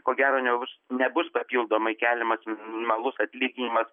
ko gero nebus nebus papildomai keliamas minimalus atlyginimas